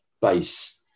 base